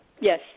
Yes